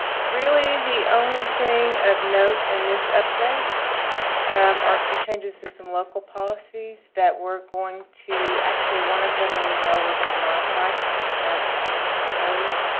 really, the only thing of note in this update are some changes to some local policies that we're going to actually, one of them, we know we're going to modify from what tasb has proposed,